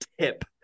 tip